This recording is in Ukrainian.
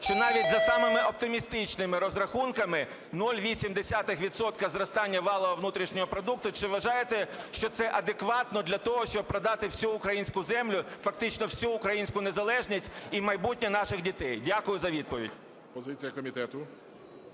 що навіть за самими оптимістичними розрахунками 0,8 відсотка зростання валового внутрішнього продукту. Чи вважаєте, що це адекватно для того, щоб продати всю українську землю? Фактично всю українську незалежність і майбутнє наших дітей? Дякую за відповідь.